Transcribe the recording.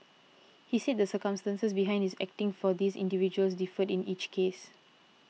he said the circumstances behind his acting for these individuals differed in each case